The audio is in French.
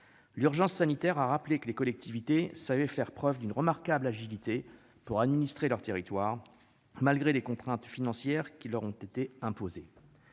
L'urgence sanitaire a rappelé que les collectivités savaient faire preuve d'une remarquable agilité pour administrer leurs territoires, malgré les contraintes financières qui leur ont été imposées.